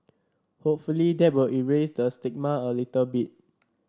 hopefully that will erase the stigma a little bit